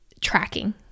tracking